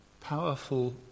powerful